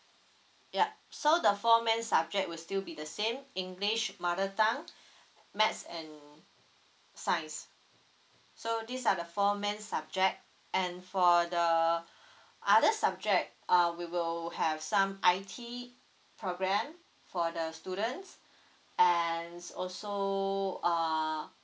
yup so the four main subject will still be the same english mother tongue maths and science so these are the four main subject and for the other subject uh we will have some I_T programme for the students and also so uh